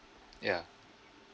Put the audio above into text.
ya